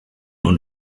und